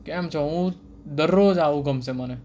કેમ છો હું દરરોજ આવું ગમશે મને